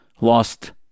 lost